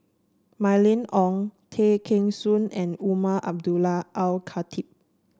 Mylene Ong Tay Kheng Soon and Umar Abdullah Al Khatib